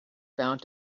found